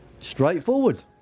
Straightforward